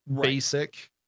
basic